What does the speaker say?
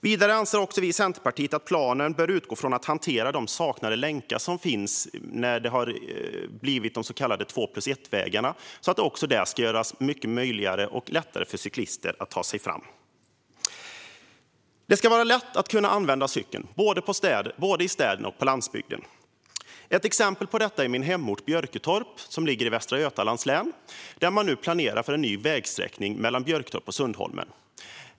Vidare anser vi i Centerpartiet också att planen bör utgå ifrån att hantera de saknade länkar som har uppstått när de så kallade två-plus-ett-vägarna har byggts. Där ska det också bli möjligt och lättare för cyklister att ta sig fram. Det ska vara lätt att kunna använda cykeln såväl i städer som på landsbygden. Ett exempel på detta är att det nu i min hemort Björketorp, som ligger i Västra Götalands län, planeras för en ny vägsträckning mellan Björketorp och Sundholmen.